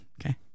Okay